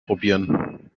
probieren